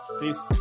Peace